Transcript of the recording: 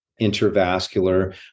intervascular